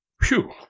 Phew